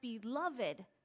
beloved